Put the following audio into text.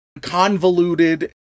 convoluted